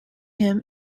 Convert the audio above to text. him